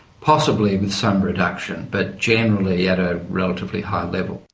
possibly with some reduction, but generally at a relatively high level.